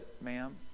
ma'am